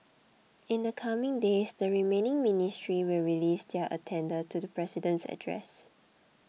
in the coming days the remaining ministries will release their addenda to the president's address